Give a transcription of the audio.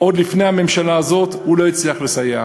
עוד לפני הממשלה הזאת, והוא לא הצליח לסייע.